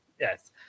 yes